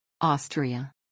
Austria